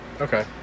Okay